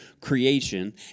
creation